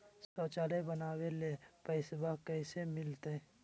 शौचालय बनावे ले पैसबा कैसे मिलते?